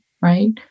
right